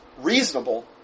reasonable